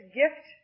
gift